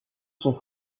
son